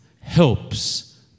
helps